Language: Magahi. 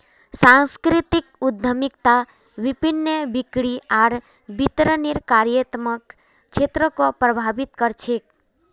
सांस्कृतिक उद्यमिता विपणन, बिक्री आर वितरनेर कार्यात्मक क्षेत्रको प्रभावित कर छेक